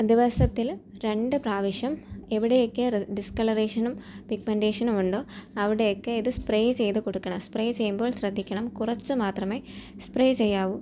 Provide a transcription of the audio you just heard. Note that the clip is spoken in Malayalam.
ദിവസത്തിൽ രണ്ട് പ്രാവശ്യം എവിടെയെക്കയോ ഡിസ്കളറേഷനും പിഗ്മെൻറ്റേഷനുമുണ്ടോ അവിടെയൊക്കെ ഇത് സ്പ്രേ ചെയ്ത് കൊടുക്കണം സ്പ്രേ ചെയ്യുമ്പോൾ ശ്രദ്ധിക്കണം കുറച്ച് മാത്രമെ സ്പ്രേ ചെയ്യാവു